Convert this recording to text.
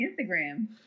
Instagram